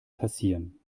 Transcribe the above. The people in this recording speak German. passieren